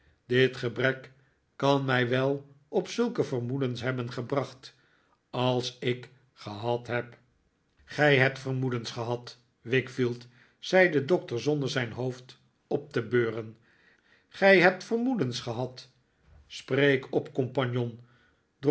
dit gebrek kan mij wel op zulke vermoedens hebben gebracht als ik gehad heb gij hebt vermoedens gehad wickfield zei de doctor zonder zijn hoofd op te beuren gij hebt vermoedens gehad spreek op compagnon